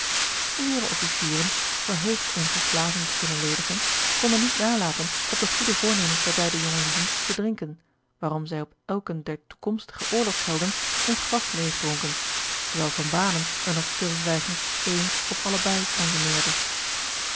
de heeren officieren verheugd eenige glazen te kunnen ledigen konden niet nalaten op de goede voornemens der beide jongelieden te drinken waarom zij op elken der toekomstige oorlogshelden een glas leêg dronken terwijl van banen er nog stilzwijgend een op alle beî consumeerde